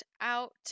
Out